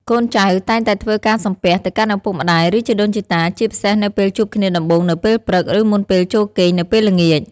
កូនចៅតែងតែធ្វើការសំពះ ទៅកាន់ឪពុកម្តាយ ឬជីដូនជីតា ជាពិសេសនៅពេលជួបគ្នាដំបូងនៅពេលព្រឹក ឬមុនពេលចូលគេងនៅពេលល្ងាច។